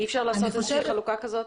אי אפשר לעשות את זה לפי חלוקה כזאת?